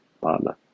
partner